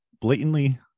blatantly